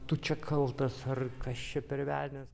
tu čia kaltas ar kas čia per velnias